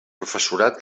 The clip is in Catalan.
professorat